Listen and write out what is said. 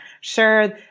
sure